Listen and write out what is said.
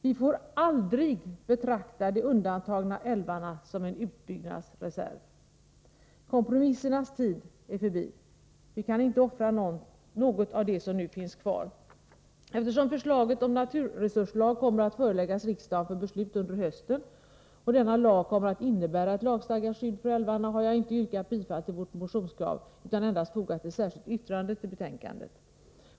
Vi får aldrig betrakta de nu undantagna älvarna som en utbyggnadsreserv. Kompromissernas tid är förbi. Vi kan inte offra något av det som nu finns kvar. Eftersom förslaget om naturresurslag kommer att föreläggas riksdagen för beslut under hösten och denna lag kommer att innebära ett lagstadgat skydd för älvarna, har jag inte yrkat bifall till vårt motionskrav utan endast fogat ett särskilt yttrande till betänkandet.